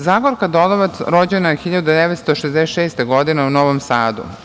Zagorka Dolovac rođena je 1966. godine u Novom Sadu.